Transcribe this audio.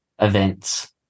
events